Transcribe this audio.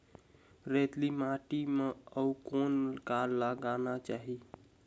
रेतीली माटी म अउ कौन का लगाना चाही?